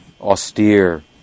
austere